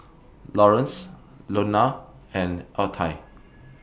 Lawerence Lonna and Altie